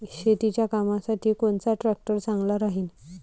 शेतीच्या कामासाठी कोनचा ट्रॅक्टर चांगला राहीन?